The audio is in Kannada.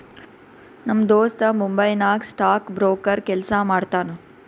ನಮ್ ದೋಸ್ತ ಮುಂಬೈ ನಾಗ್ ಸ್ಟಾಕ್ ಬ್ರೋಕರ್ ಕೆಲ್ಸಾ ಮಾಡ್ತಾನ